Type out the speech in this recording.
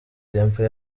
temple